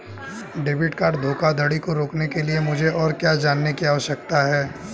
Debit card धोखाधड़ी को रोकने के लिए मुझे और क्या जानने की आवश्यकता है?